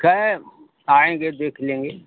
खैर आएंगे देख लेंगे